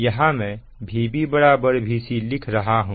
यहां मैं Vb Vc लिख रहा हूं